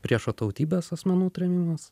priešo tautybės asmenų trėmimas